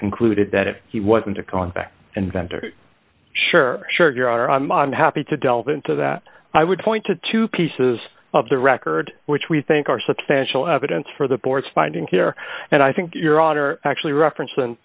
concluded that he wasn't a convict inventor sure sure i'm i'm happy to delve into that i would point to two pieces of the record which we think are substantial evidence for the board's finding here and i think your author actually reference and